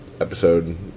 episode